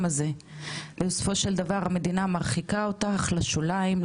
הזה ובסופו של דבר המדינה מרחיקה אותך לשוליים,